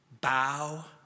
bow